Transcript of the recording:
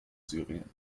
syrien